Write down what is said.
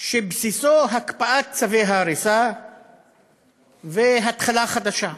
שבסיסו הקפאת צווי ההריסה והתחלה חדשה.